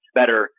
better